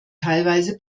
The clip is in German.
teilweise